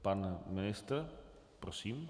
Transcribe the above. Pan ministr, prosím.